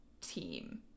team